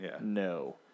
no